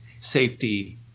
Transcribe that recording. safety